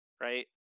right